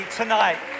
tonight